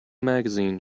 magazine